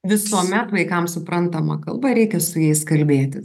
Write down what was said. visuomet vaikams suprantama kalba reikia su jais kalbėtis